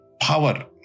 power